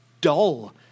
dull